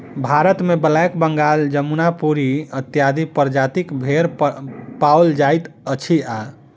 भारतमे ब्लैक बंगाल, जमुनापरी इत्यादि प्रजातिक भेंड़ पाओल जाइत अछि आ